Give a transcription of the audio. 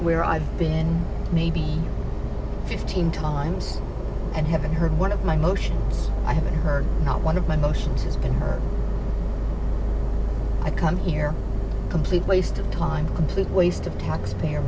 where i've been maybe fifteen times and haven't heard one of my motion i haven't heard not one of my motions has been to come here complete waste of time complete waste of taxpayer